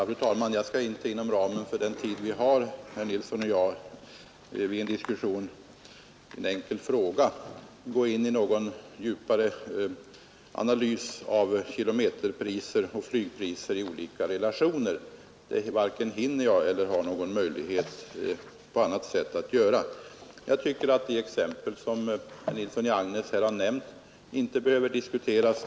Fru talman! Jag skall inte inom ramen för den tid vi har, herr Nilsson i Agnäs och jag, vid en diskussion om en enkel fråga gå in i någon djupare analys av kilometerpriser och flygpriser i olika relationer. Det varken hinner jag eller har någon möjlighet på annat sätt att göra. Jag tycker att de exempel som herr Nilsson i Agnäs här har nämnt inte behöver diskuteras.